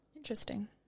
Interesting